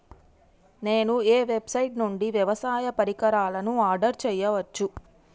నేను ఏ వెబ్సైట్ నుండి వ్యవసాయ పరికరాలను ఆర్డర్ చేయవచ్చు?